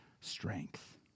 strength